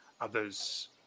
Others